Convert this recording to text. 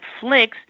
Netflix